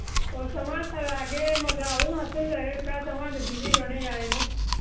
ꯑꯣ ꯆꯥꯝꯃꯉꯥ ꯁꯥꯔꯛꯑꯒꯦ ꯃꯣꯖꯥ ꯑꯍꯨꯝ ꯍꯥꯞꯆꯤꯟꯖꯔꯦ ꯀꯀꯥ ꯆꯥꯝꯃꯉꯥꯗꯨ ꯄꯤꯕꯤꯔꯣꯅꯦ ꯌꯥꯔꯦꯅꯦ